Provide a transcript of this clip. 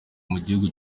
mugihugu